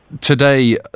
Today